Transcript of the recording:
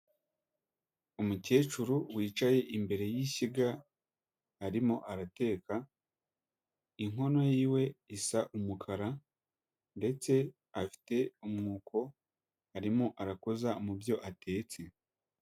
Uwicaye imbere y'ishyiga arimo arateka, inkono y'iwe isa umukara, ndetse afite umwuko arimo arakoza mu byo atetse.